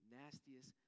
nastiest